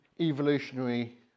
evolutionary